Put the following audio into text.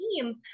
team